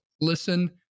listen